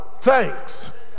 thanks